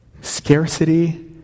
Scarcity